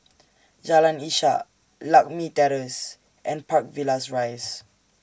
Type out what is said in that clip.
Jalan Ishak Lakme Terrace and Park Villas Rise